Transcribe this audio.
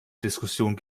diskussion